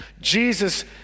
Jesus